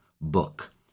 book